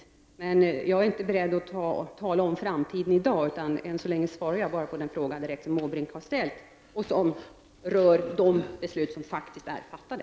Jag är emellertid inte beredd att i dag tala om framtiden, utan ännu så länge begränsar jag mig till att svara på den direkta fråga som Bertil Måbrink har ställt och som rör beslut som faktiskt är fattade.